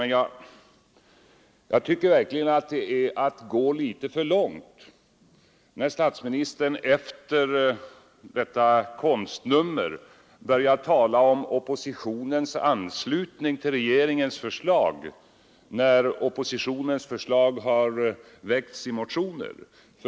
Men jag tycker verkligen att det är att gå litet för långt, när statsministern efter detta konstnummer börjar tala om oppositionens anslutning till regeringens förslag, när oppositionens förslag redan finns i väckta motioner.